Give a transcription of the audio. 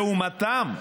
לעומתם,